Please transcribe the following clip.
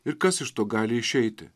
ir kas iš to gali išeiti